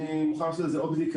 אני מוכן לעשות על זה עוד בדיקה.